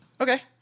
Okay